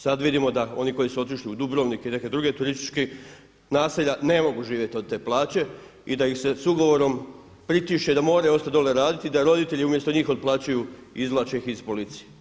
Sad vidimo da oni koji su otišli u Dubrovnik i neka druga turistička naselja ne mogu živjeti od te plaće i da ih se s ugovorom pritišće da moraju ostati dolje raditi, da roditelji umjesto njih otplaćuju i izvlače ih iz policije.